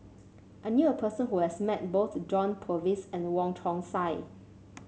I knew a person who has met both John Purvis and Wong Chong Sai